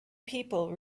people